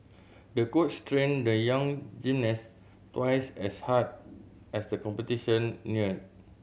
the coach trained the young gymnast twice as hard as the competition neared